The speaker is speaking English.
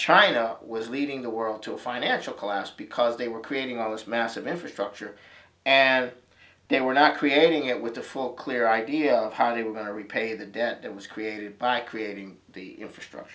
china was leading the world to a financial collapse because they were creating all this massive infrastructure and they were not creating it with the full clear idea of how they were going to repay the debt that was created by creating the infrastructure